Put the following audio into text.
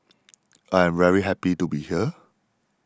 I am very happy to be here